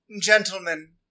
Gentlemen